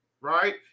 right